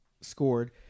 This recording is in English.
scored